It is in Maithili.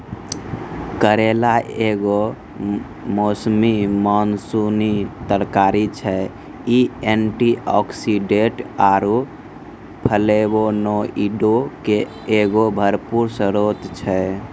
करेला एगो मौसमी मानसूनी तरकारी छै, इ एंटीआक्सीडेंट आरु फ्लेवोनोइडो के एगो भरपूर स्त्रोत छै